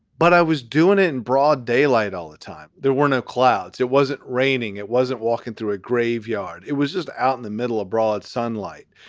but i was doing it in broad daylight all the time. there were no clouds. it wasn't raining. it wasn't walking through a graveyard. it was just out in the middle of broad sunlight.